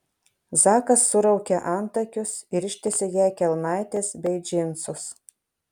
zakas suraukė antakius ir ištiesė jai kelnaites bei džinsus